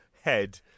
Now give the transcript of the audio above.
head